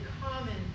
common